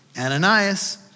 Ananias